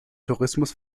tourismus